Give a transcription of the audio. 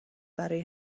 برای